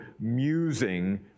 musing